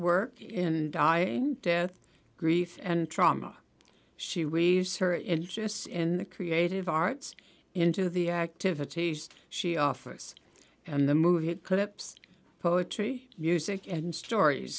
work in dying death grief and trauma she weaves her interests in the creative arts into the activities she offers and the movie clips poetry music and stories